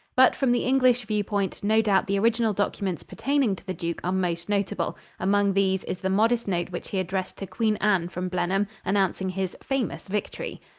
but from the english view-point, no doubt the original documents pertaining to the duke are most notable among these is the modest note which he addressed to queen anne from blenheim, announcing his famous victory.